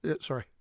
Sorry